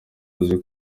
uzi